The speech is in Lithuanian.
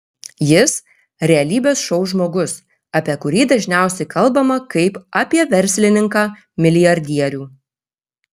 jis realybės šou žmogus apie kurį dažniausiai kalbama kaip apie verslininką milijardierių